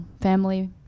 family